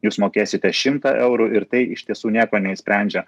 jūs mokėsite šimtą eurų ir tai iš tiesų nieko neišsprendžia